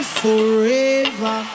forever